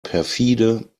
perfide